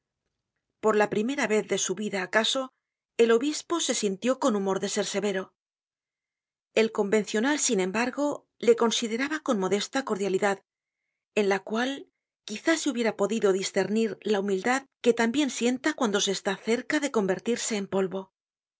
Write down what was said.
por la primera vez de su ida acaso el obispo se sintió con humor de ser severo el convencional sin embargo le consideraba con modesta cordialidad en la cual quizá se hubiera podido discernir la humildad que tan bien sienta cuando se está cerca de convertirse en polvo